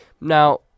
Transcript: Now